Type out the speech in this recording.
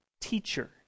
Teacher